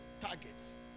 targets